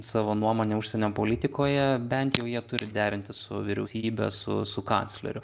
savo nuomonę užsienio politikoje bent jau jie turi derinti su vyriausybe su su kancleriu